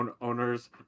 owners